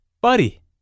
Buddy